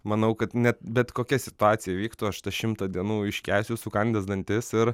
manau kad net bet kokia situacija įvyktų aš tą šimtą dienų iškęsiu sukandęs dantis ir